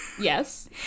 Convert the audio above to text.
yes